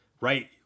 right